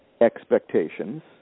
expectations